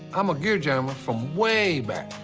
i'm a gear-jammer from way back.